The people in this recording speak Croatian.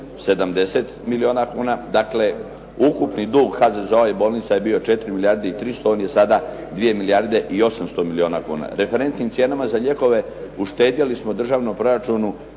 170 milijuna kuna. Dakle, ukupni dug HZZO-a i bolnica je bio 4 milijarde i 300, on je sada 2 milijarde i 800 milijuna kuna. Referentnim cijenama za lijekove uštedjeli smo državnom proračunu